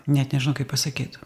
net nežinau kaip pasakyt